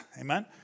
Amen